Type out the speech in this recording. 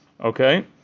Okay